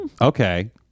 Okay